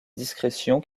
discrétion